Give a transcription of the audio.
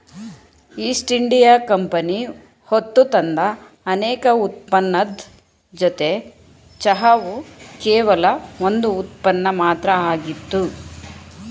East India company ಹೊತ್ತುತಂದ ಅನೇಕ ಉತ್ಪನ್ನದ್ ಜೊತೆ ಚಹಾವು ಕೇವಲ ಒಂದ್ ಉತ್ಪನ್ನ ಮಾತ್ರ ಆಗಿತ್ತು